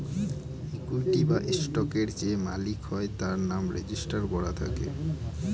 equity বা স্টকের যে মালিক হয় তার নাম রেজিস্টার করা থাকে